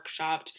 workshopped